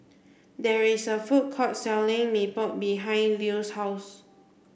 there is a food court selling Mee Pok behind Lew's house